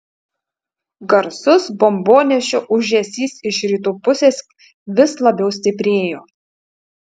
garsus bombonešių ūžesys iš rytų pusės vis labiau stiprėjo